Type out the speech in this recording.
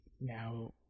Now